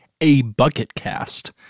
abucketcast